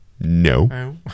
No